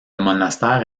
monastère